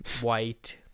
white